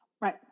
Right